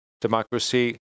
democracy